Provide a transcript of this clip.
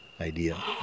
idea